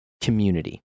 community